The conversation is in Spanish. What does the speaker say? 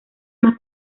más